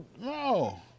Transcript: no